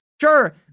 Sure